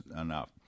enough